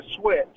switch